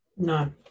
No